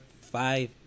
five